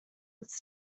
its